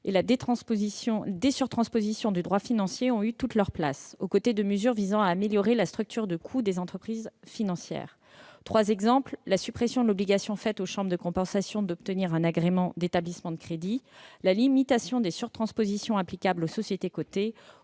et la dé-surtransposition du droit financier ont eu toute leur place, aux côtés de mesures visant à améliorer la structure de coûts des entreprises financières. Je veux en citer trois exemples : la suppression de l'obligation faite aux chambres de compensation d'obtenir un agrément d'établissement de crédit, la limitation des surtranspositions applicables aux sociétés cotées